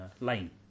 lane